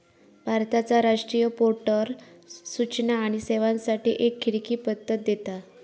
भारताचा राष्ट्रीय पोर्टल सूचना आणि सेवांसाठी एक खिडकी पद्धत देता